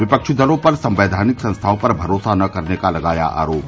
विपक्षी दलों पर संवैधानिक संस्थाओं पर भरोसा न करने का लगाया आरोप